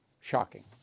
Shocking